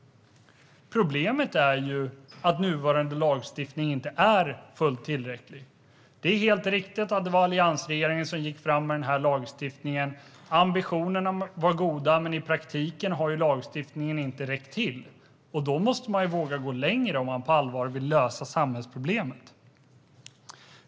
Problemet är att nuvarande lagstiftning inte är fullt tillräcklig. Det är helt riktigt att det var alliansregeringen som gick fram med den här lagstiftningen. Ambitionerna var goda, men i praktiken har lagstiftningen inte räckt till. Då måste man våga gå längre om man på allvar vill lösa samhällsproblemet.